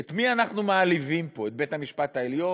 את מי אנחנו מעליבים פה, את בית-המשפט העליון?